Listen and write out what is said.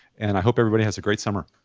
and i hope everybody has a great summer.